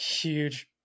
huge